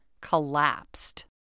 collapsed